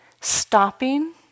stopping